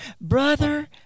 Brother